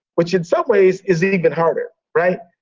which in some ways is even harder. right?